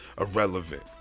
Irrelevant